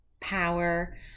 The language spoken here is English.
power